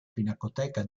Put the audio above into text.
pinacoteca